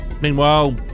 Meanwhile